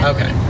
Okay